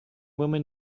woman